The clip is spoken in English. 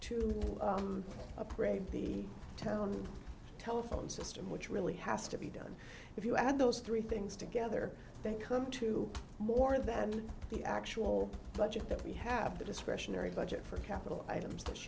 to upgrade the town telephone system which really has to be done if you add those three things together they come to more than the actual budget that we have the discretionary budget for capital items this